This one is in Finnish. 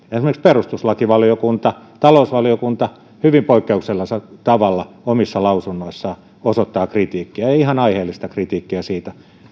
esimerkiksi perustuslakivaliokunta talousvaliokunta hyvin poikkeuksellisella tavalla omissa lausunnoissaan osoittavat kritiikkiä ja ihan aiheellista kritiikkiä